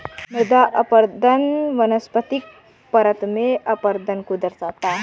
मृदा अपरदन वनस्पतिक परत में अपरदन को दर्शाता है